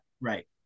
Right